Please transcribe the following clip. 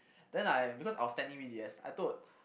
then I because I was standing with B_S I told